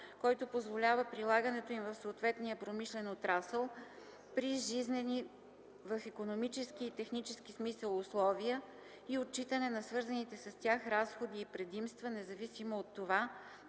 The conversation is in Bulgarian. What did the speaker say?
който позволява прилагането им в съответния промишлен отрасъл, при жизнени в икономически и технически смисъл условия и отчитане на свързаните с тях разходи и предимства, независимо от това,